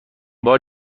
بار